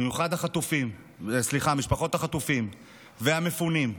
במיוחד על משפחות החטופים והמפונים,